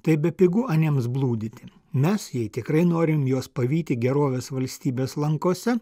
tai bepigu aniems blūdyti mes jei tikrai norim juos pavyti gerovės valstybės lankose